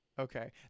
Okay